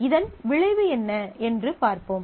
இதன் விளைவு என்ன என்று பார்ப்போம்